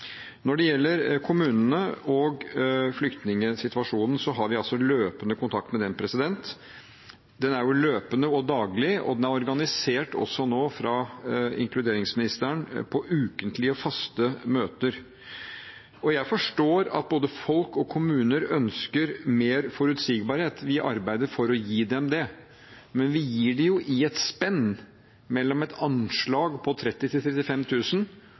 Når det gjelder kommunene og flyktningsituasjonen, har vi løpende kontakt med dem. Kontakten er løpende og daglig, og den er fra inkluderingsministerens side nå organisert som ukentlige og faste møter. Jeg forstår at både folk og kommuner ønsker mer forutsigbarhet. Vi arbeider for å gi dem det, men vi gir det i et spenn mellom et anslag på 30